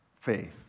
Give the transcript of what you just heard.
faith